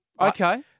Okay